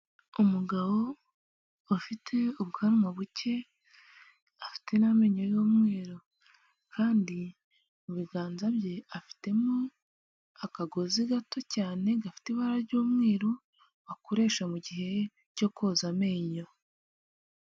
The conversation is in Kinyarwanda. Umugabo ufite ubwanwa buke afite n'amenyo y'umweru kandi mu biganza bye afitemo akagozi gato cyane gafite ibara ry'umweru bakoresha mu gihe cyo koza amenyo.